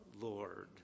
Lord